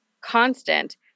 constant